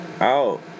out